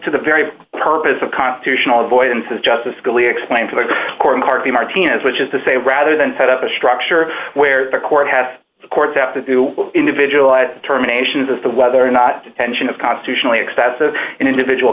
to the very purpose of constitutional avoidance of justice scalia explained to the court and argue martinez which is to say rather than set up a structure where the court has the courts have to do individualized terminations as to whether or not detention of constitutionally excessive and individual